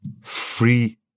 free